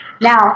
Now